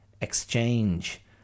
exchange